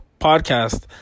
podcast